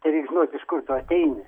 tai reik žinot iš kur tu ateini